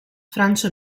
francia